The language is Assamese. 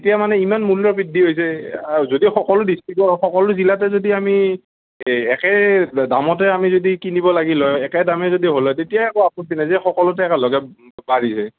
এতিয়া মানে ইমান মূল্য বৃদ্ধি হৈছে যদি সকলো ডিষ্ট্ৰিকৰ সকলো জিলাতে যদি আমি এই একে দামতে আমি যদি কিনিব লাগিল হয় একে দামে যদি হল হয় তেতিয়া একো আপত্তি নাই যে সকলোতে একেলগে বাঢ়িছে